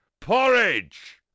porridge